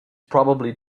probably